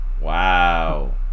Wow